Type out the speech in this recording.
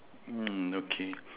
mm okay